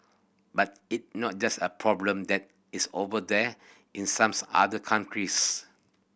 but it not just a problem that is 'over there' in some other countries